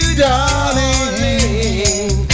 darling